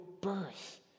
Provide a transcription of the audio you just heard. birth